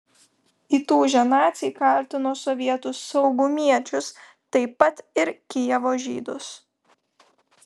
įtūžę naciai kaltino sovietų saugumiečius taip pat ir kijevo žydus